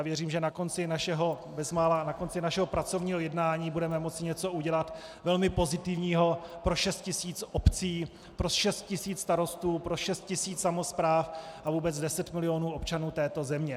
Věřím, že bezmála na konci našeho pracovního jednání budeme moci udělat něco velmi pozitivního pro 6 tisíc obcí, pro 6 tisíc starostů, pro 6 tisíc samospráv a vůbec 10 milionů občanů této země.